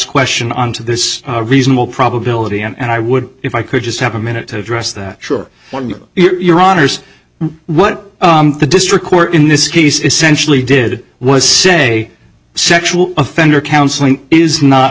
question on to this reasonable probability and i would if i could just have a minute to address that sure what you're honors what the district court in this case essentially did was say section offender counseling is not